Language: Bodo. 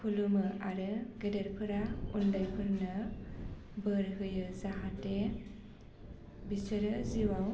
खुलुमो आरो गेदेरफोरा उन्दैफोरनो बोर होयो जाहाथे बिसोरो जिउआव